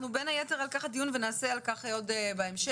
בין היתר על כך הדיון, ונדון על כך עוד בהמשך.